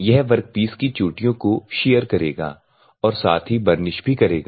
यह वर्कपीस की चोटियों को शियर करेगा और साथ ही बर्निश भी करेगा